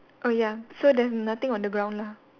oh ya so there's nothing on the ground lah